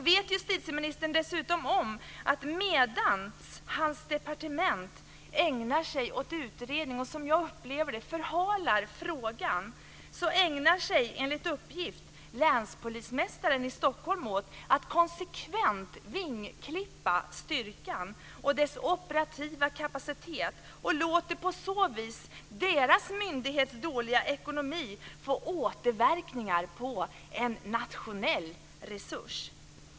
Vet justitieministern om att medan hans departement ägnar sig åt utredningar och - som jag upplever det - förhalar frågan, ägnar sig - enligt uppgift - länspolismästaren i Stockholm åt att konsekvent vingklippa styrkan och dess operativa kapacitet? På så sätt får den myndighetens dåliga ekonomi återverkningar på en nationell resurs.